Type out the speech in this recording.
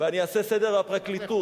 ואני אעשה סדר בפרקליטות,